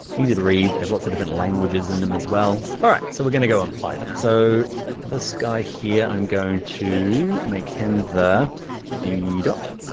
easy to read, has lots of different languages in them as well. all right, so we're gonna go and apply them. so this guy here, i'm going to make him the ddot but